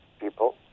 people